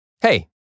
Hey